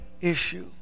issue